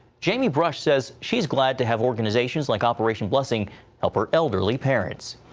jamie brush says she's glad to have organizations like operation blessing help her elderly parents.